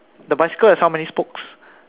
the bicycle has how many spokes